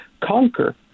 conquer